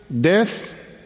death